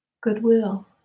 goodwill